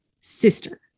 sister